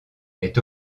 est